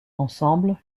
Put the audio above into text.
ensemble